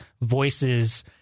voices